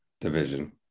division